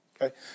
okay